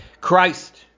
Christ